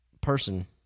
person